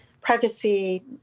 privacy